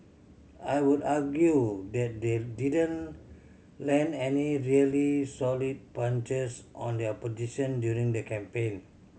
I would argue that they didn't land any really solid punches on the opposition during the campaign